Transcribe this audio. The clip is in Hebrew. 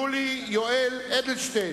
יולי יואל אדלשטיין,